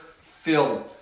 filled